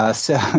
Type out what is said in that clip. ah so